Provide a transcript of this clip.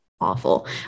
awful